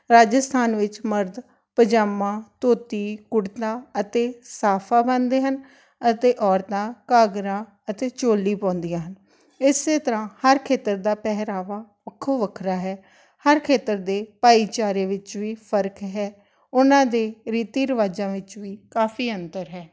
ਰਾਜਸਥਾਨ ਵਿੱਚ ਮਰਦ ਪਜਾਮਾ ਧੋਤੀ ਕੁੜਤਾ ਅਤੇ ਸਾਫਾ ਬੰਨ੍ਹਦੇ ਹਨ ਅਤੇ ਔਰਤਾਂ ਘੱਗਰਾ ਅਤੇ ਚੋਲੀ ਪਾਉਂਦੀਆਂ ਹਨ ਇਸੇ ਤਰ੍ਹਾਂ ਹਰ ਖੇਤਰ ਦਾ ਪਹਿਰਾਵਾ ਵੱਖੋ ਵੱਖਰਾ ਹੈ ਹਰ ਖੇਤਰ ਦੇ ਭਾਈਚਾਰੇ ਵਿੱਚ ਵੀ ਫਰਕ ਹੈ ਉਨ੍ਹਾਂ ਦੇ ਰੀਤੀ ਰਿਵਾਜ਼ਾਂ ਵਿੱਚ ਵੀ ਕਾਫੀ ਅੰਤਰ ਹੈ